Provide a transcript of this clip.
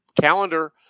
calendar